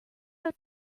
out